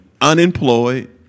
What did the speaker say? unemployed